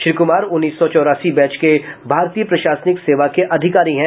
श्री कुमार उन्नीस सौ चौरासी बैच के भारतीय प्रशासनिक सेवा के अधिकारी हैं